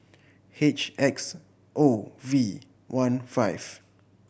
H X O V one five